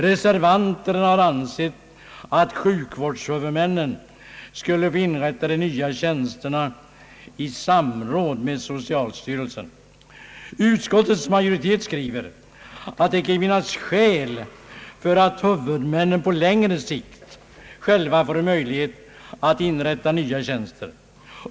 Reservanterna har ansett att sjukvårdshuvudmännen skulle få inrätta de nya tjänsterna i samråd med socialstyrelsen. Utskottets majoritet skriver att det kan finnas skäl för att huvudmännen på längre sikt själva får möjlighet att inrätta nya tjänster.